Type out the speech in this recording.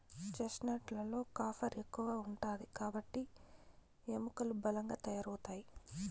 chestnut లలో copper ఎక్కువ ఉంటాది కాబట్టి ఎముకలు బలంగా తయారవుతాయి